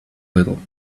little